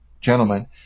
gentlemen